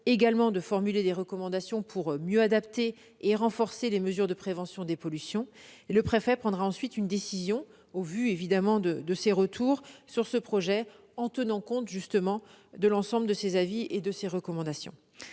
également de formuler des recommandations pour mieux adapter et renforcer les mesures de prévention des pollutions. Le préfet prendra ensuite une décision sur ce projet en tenant compte de l'ensemble de ces avis et de ces recommandations.